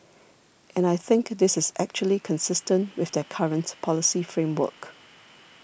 and I think this is actually consistent with their current policy framework